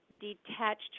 detached